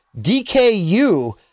DKU